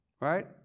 right